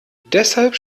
deshalb